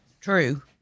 True